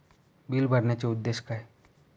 Bill भरण्याचे उद्देश काय?